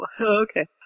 Okay